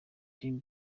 dream